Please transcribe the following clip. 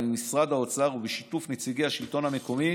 משרד האוצר ובשיתוף נציגי השלטון המקומי